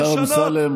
השר אמסלם,